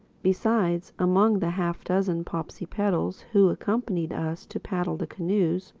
besides, among the half-dozen popsipetels who accompanied us to paddle the canoes,